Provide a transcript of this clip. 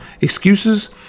excuses